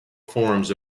forms